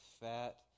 fat